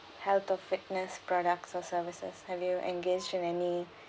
health or fitness products or services have you engaged in any